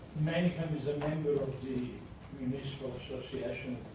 manningham is a member of the municipal association